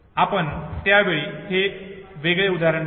आपण त्यावेळी हे वेगळे उदाहरण पाहिले